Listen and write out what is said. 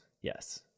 Yes